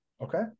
Okay